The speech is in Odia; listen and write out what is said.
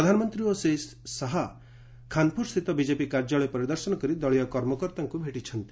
ପ୍ରଧାନମନ୍ତ୍ରୀ ଓ ଶ୍ରୀ ଶାହା ଖାନ୍ପୁରସ୍ଥିତ ବିକେପି କାର୍ଯ୍ୟାଳୟ ପରିଦର୍ଶନ କରି ଦଳୀୟ କର୍ମକର୍ତ୍ତାଙ୍କୁ ଭେଟିଛନ୍ତି